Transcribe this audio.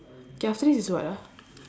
okay after this is what ah